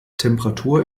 temperatur